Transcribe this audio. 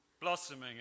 blossoming